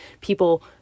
people